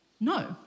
no